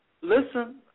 listen